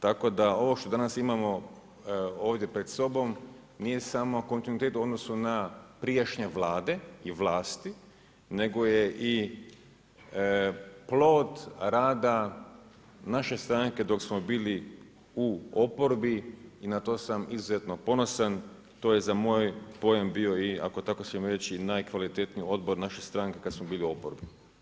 Tako da ovo što danas imamo ovdje pred sobom nije samo kontinuitet u odnosu na prijašnje Vlade i vlasti nego je i plod rada naše stranke dok smo bili u oporbi i na to sam izuzetno ponosan, to je za moj pojam bio i ako tako smijem reći i najkvalitetniji odbor naše stranke kada smo bili oporba.